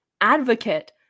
advocate